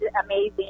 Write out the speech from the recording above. amazing